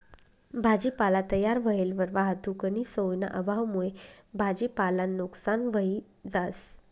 भाजीपाला तयार व्हयेलवर वाहतुकनी सोयना अभावमुये भाजीपालानं नुकसान व्हयी जास